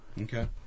Okay